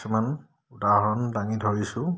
কিছুমান উদাহৰণ দাঙি ধৰিছোঁ